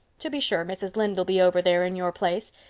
to be sure, mrs. lynde'll be over there in your place.